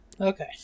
okay